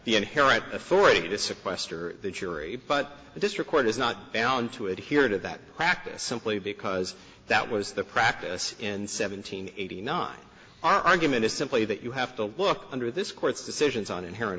sequester the jury but this record is not down to adhere to that practice simply because that was the practice and seventeen eighty nine argument is simply that you have to look under this court's decisions on inher